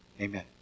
amen